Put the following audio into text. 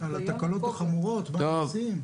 על התקלות החמורות, מה עושים.